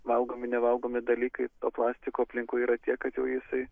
valgomi nevalgomi dalykai to plastiko aplinkui yra tiek kad jau jisai